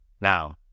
Now